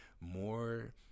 more